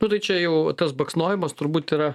nu tai čia jau tas baksnojimas turbūt yra